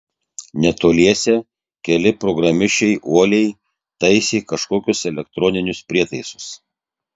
netoliese keli programišiai uoliai taisė kažkokius elektroninius prietaisus